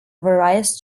various